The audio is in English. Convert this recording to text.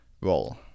role